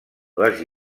les